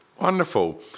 wonderful